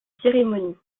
cérémonie